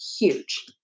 huge